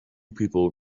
people